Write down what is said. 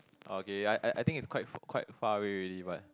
okay ya I I think it's quite f~ quite far away already but